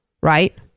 right